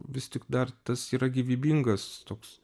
vis tik dar tas yra gyvybingas toks